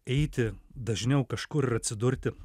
eiti dažniau kažkur ir atsidurti